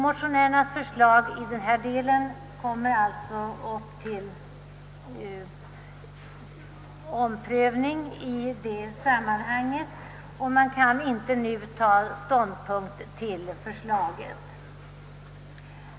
Motionärernas förslag i denna del kommer alltså upp till prövning i detta sammanhang, varför man nu inte kan ta ståndpunkt till förslaget.